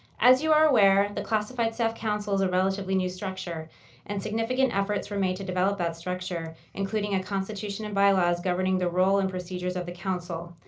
as you are aware the classified staff council is a relatively new structure and significant efforts remain to develop that structure, including a constitution and bylaws governing the role and procedures of the council.